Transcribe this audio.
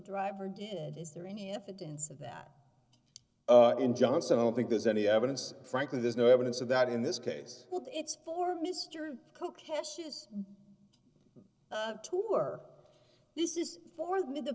driver did is there any evidence of that d in johnson i don't think there's any evidence frankly there's no evidence of that in this case it's for mr cooke cashews tour this is for the